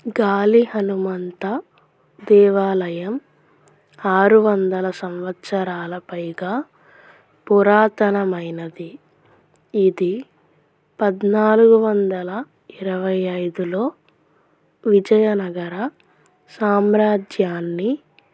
గాలి హనుమంత దేవాలయం ఆరు వందల సంవత్సరాలకు పైగా పురాతనమైనది ఇది పద్నాలుగు వందల ఇరవై ఐదులో విజయనగర సామ్రాజ్యాన్ని